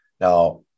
Now